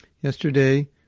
Yesterday